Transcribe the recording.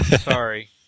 Sorry